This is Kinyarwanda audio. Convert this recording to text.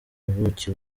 ubuki